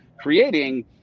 creating